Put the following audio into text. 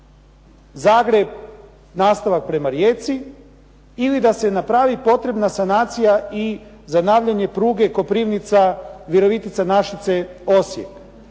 Botovo-Zagreb nastavak prema Rijeci ili da se napravi potrebna sanacija i zanavljanje pruge Koprivnica-Virovitica-Našice-Osijek.